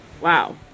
Wow